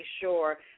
sure